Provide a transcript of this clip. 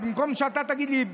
במקום שאתה תגיד לי,